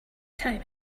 time